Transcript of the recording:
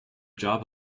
job